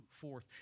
forth